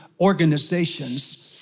organizations